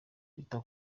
bita